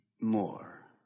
more